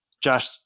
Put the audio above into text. Josh